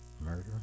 murder